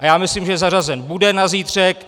A já myslím, že zařazen bude na zítřek.